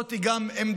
וזאת גם עמדתי: